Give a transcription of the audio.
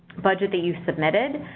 budget that you've submitted,